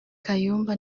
kayumba